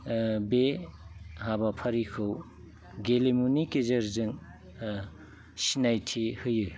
बे हाबाफारिखौ गेलेमुनि गेजेरजों सिनायथि होयो